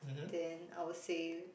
then I would say